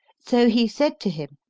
so he said to him,